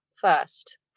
first